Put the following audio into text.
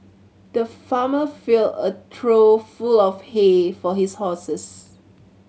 the farmer filled a trough full of hay for his horses